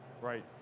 right